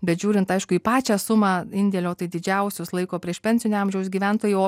bet žiūrint aišku į pačią sumą indėlio tai didžiausios laiko priešpensinio amžiaus gyventojų o